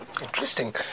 Interesting